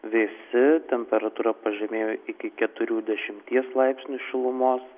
vėsi temperatūra pažemėjo iki keturių dešimties laipsnių šilumos